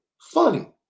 Funny